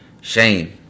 shame